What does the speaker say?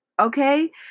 Okay